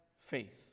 faith